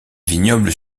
vignobles